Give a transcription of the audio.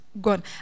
gone